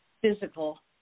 physical